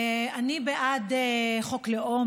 אני בעד חוק לאום.